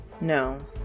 No